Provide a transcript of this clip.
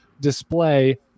display